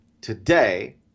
today